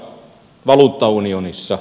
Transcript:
arvoisa puhemies